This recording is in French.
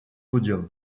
podiums